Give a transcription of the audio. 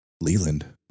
Leland